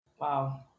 Wow